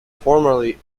formerly